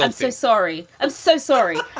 um so sorry. i'm so sorry.